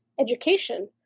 education